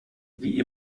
wie